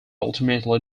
ultimately